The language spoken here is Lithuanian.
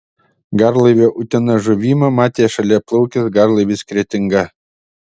garlaivio utena žuvimą matė šalia plaukęs garlaivis kretinga